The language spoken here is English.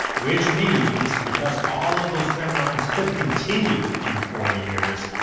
which means, because all of those trend lines have continued in four years,